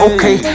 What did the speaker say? Okay